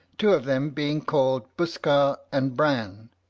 two of them being called buskar and bran.